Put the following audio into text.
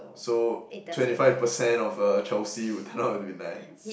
so twenty five percent of a Chelsea would turn out to be nice